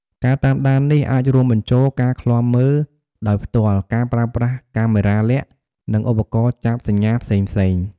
ការតាមដាននេះអាចរួមបញ្ចូលការឃ្លាំមើលដោយផ្ទាល់ ការប្រើប្រាស់កាមេរ៉ាលាក់ និងឧបករណ៍ចាប់សញ្ញាផ្សេងៗ។